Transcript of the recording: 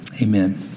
amen